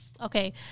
Okay